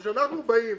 כאשר אנחנו באים,